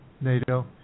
NATO